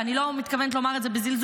ואני לא מתכוונת לומר את זה בזלזול,